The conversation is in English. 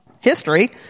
history